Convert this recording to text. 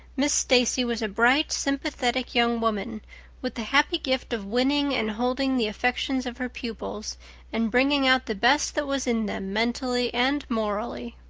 miss stacy was a bright, sympathetic young woman with the happy gift of winning and holding the affections of her pupils and bringing out the best that was in them mentally and morally.